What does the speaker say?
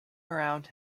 around